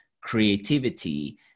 creativity